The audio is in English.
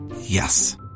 Yes